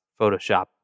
Photoshop